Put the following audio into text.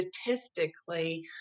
statistically